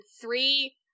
three